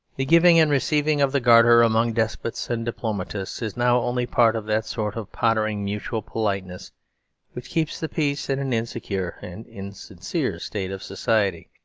the giving and receiving of the garter among despots and diplomatists is now only part of that sort of pottering mutual politeness which keeps the peace in an insecure and insincere state of society.